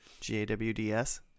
g-a-w-d-s